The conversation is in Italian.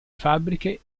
fabbriche